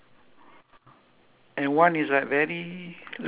fence ah is it fence ah something like fence right ah K